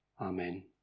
Amen